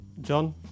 John